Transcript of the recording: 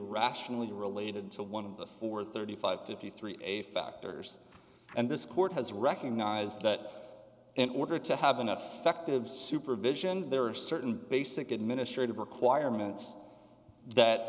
rationally related to one of the four thirty five fifty three a factors and this court has recognized that an order to have an affective supervision there are certain basic administrative requirements that